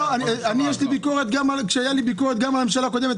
הייתה לי ביקורת גם על הממשלה הקודמת.